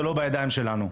זה לא בידיים שלנו.